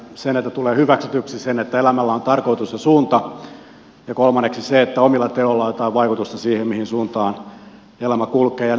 sen että tulee hyväksytyksi sen että elämällä on tarkoitus ja suunta ja kolmanneksi sen että omilla teoilla on jotain vaikutusta siihen mihin suuntaan elämä kulkee